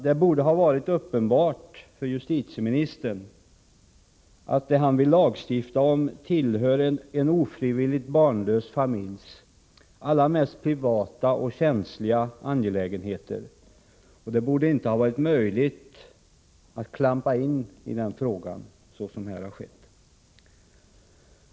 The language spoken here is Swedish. Det borde ha varit uppenbart för justitieministern att det han vill lagstifta om tillhör en ofrivilligt barnlös familjs allra mest privata och känsliga angelägenheter, och det borde inte ha varit möjligt att klampa in i frågan så som här har skett.